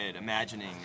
imagining